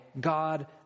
God